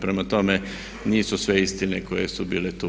Prema tome, nisu sve istine koje su bile tu.